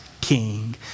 King